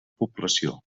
població